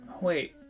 Wait